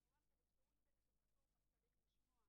לפחות בדברי ההסבר,